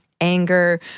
Anger